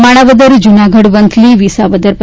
માણાવદર જુનાગઢ વંથલી વિસાવદર તા